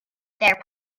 their